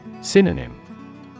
Synonym